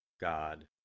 God